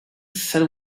said